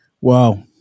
wow